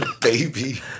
baby